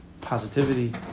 Positivity